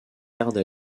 garde